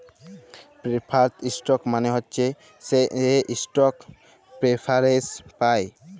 preferred stock মালে হছে সে ইস্টক প্রেফারেল্স পায়